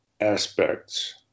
Aspects